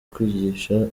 kwigisha